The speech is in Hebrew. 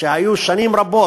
שהיו שנים רבות,